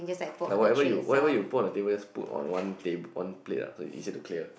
like whatever you whatever you put on the table just put on one tab~ plate ah so it's easier to clear